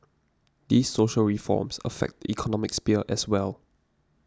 these social reforms affect the economic sphere as well